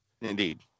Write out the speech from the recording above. Indeed